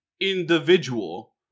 individual